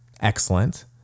Excellent